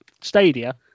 Stadia